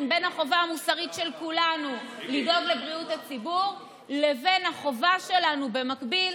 בין החובה המוסרית של כולנו לדאוג לבריאות הציבור לבין החובה המקבילה